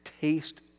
taste